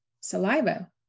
saliva